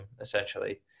essentially